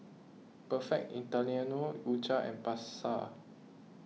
Perfect Italiano U Cha and Pasar